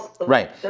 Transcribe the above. right